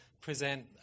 present